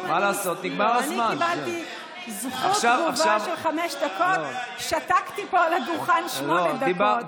אני קיבלתי זכות תגובה של חמש דקות ושתקתי פה על הדוכן שמונה דקות.